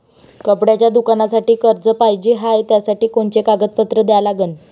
कपड्याच्या दुकानासाठी कर्ज पाहिजे हाय, त्यासाठी कोनचे कागदपत्र द्या लागन?